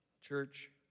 Church